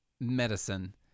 medicine